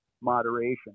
moderation